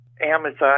Amazon